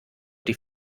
die